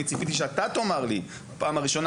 אני ציפיתי שאתה תאמר לי בפעם הראשונה,